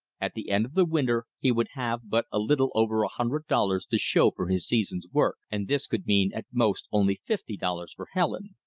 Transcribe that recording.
at the end of the winter he would have but a little over a hundred dollars to show for his season's work, and this could mean at most only fifty dollars for helen.